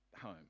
home